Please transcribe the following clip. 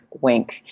wink